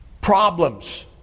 problems